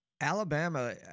Alabama